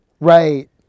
right